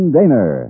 Daner